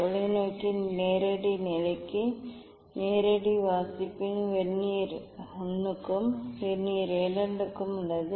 தொலைநோக்கியின் நேரடி நிலைக்கு நேரடி வாசிப்பு வெர்னியர் I க்கும் பி வெர்னியர் II க்கும் உள்ளது